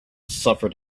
suffered